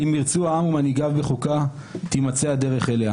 אם ירצו העם ומנהיגיו בחוקה, תימצא הדרך אליה.